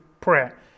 prayer